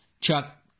Chuck